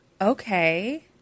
Okay